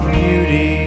beauty